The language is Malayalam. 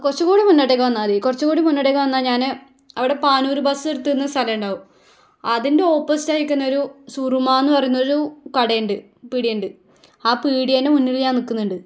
കുറച്ചുംകൂടി മുന്നേട്ടേക്ക് വന്നാൽമതി കുറച്ചുംകൂടി മുന്നേട്ടേക്ക് വന്നാൽ ഞാൻ അവിടെ പാനൂർ ബസ്സ് നിർത്തുന്ന സ്ഥലം ഉണ്ടാവും അതിൻ്റെ ഓപ്പോസിറ്റ് ആയി നിൽക്കുന്നൊരു സുറുമയെന്നു പറയുന്നൊരു കടയുണ്ട് പീടികയുണ്ട് ആ പീടികേൻ്റെ മുന്നിൽ ഞാൻ നിൽക്കുന്നുണ്ട്